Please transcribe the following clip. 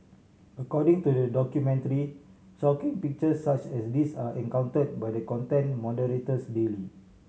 according to the documentary shocking pictures such as these are encountered by the content moderators daily